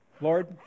Lord